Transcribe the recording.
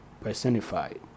personified